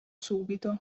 subito